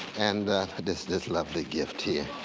and this this lovely gift here.